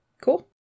cool